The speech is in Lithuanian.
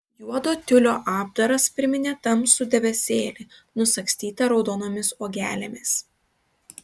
juodo tiulio apdaras priminė tamsų debesėlį nusagstytą raudonomis uogelėmis